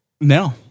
No